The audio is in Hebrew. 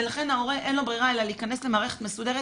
ולכן להורה אין ברירה אלא להיכנס למערכת מסודרת